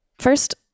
first